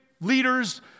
leaders